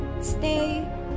Stay